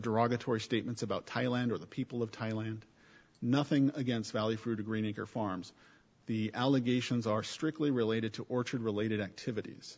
derogatory statements about thailand or the people of thailand nothing against valley for greenacre farms the allegations are strictly related to orchard related activities